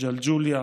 ג'לג'וליה,